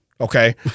Okay